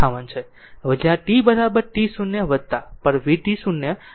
હવે જ્યાંt t0 પર vt 0 પ્રારંભિક વોલ્ટેજ છે